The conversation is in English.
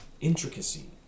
intricacy